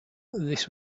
this